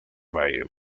valle